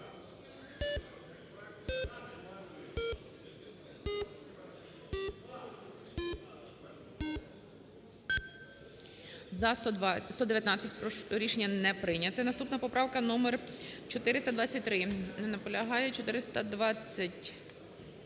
За-119 Рішення не прийнято. Наступна поправка - номер 423. Не наполягає. 425.